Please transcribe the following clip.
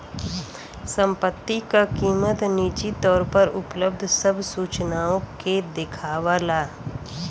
संपत्ति क कीमत निजी तौर पर उपलब्ध सब सूचनाओं के देखावला